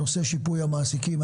נושא שיפוי המעסיקים.